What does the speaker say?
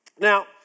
Now